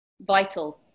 Vital